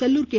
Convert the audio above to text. Sellur K